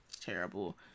terrible